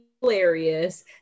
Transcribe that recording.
hilarious